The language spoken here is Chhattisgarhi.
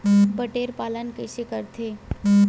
बटेर पालन कइसे करथे?